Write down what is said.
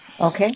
okay